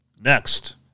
next